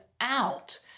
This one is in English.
out